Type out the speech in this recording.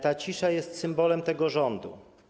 Ta cisza jest symbolem tego rządu.